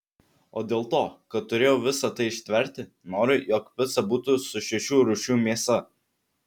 o dėl to kad turėjau visa tai ištverti noriu jog pica būtų su šešių rūšių mėsa